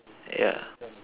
yeah